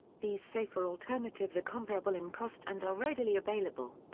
these safer alternatives are comparable in cost and are readily available.